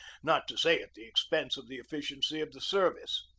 not to say at the expense of the efficiency of the service.